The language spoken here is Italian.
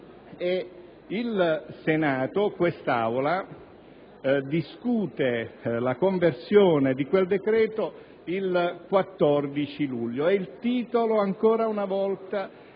del Senato discusse la conversione di quel decreto il 14 luglio e il titolo, ancora una volta,